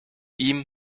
ihm